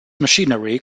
machinery